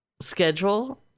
schedule